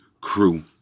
crew